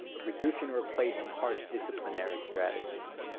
replacing replacing harsh disciplinary strategies.